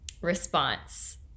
response